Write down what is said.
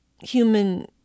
human